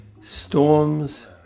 Storms